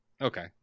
okay